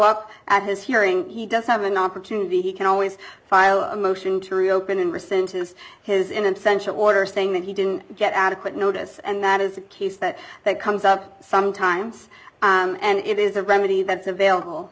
up at his hearing he does have an opportunity he can always file a motion to reopen in recent is his in and censure order saying that he didn't get adequate notice and that is a case that comes up sometimes and it is a remedy that's available